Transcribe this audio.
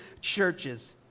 churches